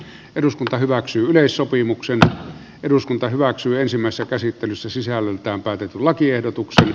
eduskunta hyväksyy uuden sopimuksen eduskunta hyväksyy ensimmäistä käsittelyssä sisällöltään päädyt lakiehdotukseen